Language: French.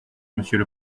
monsieur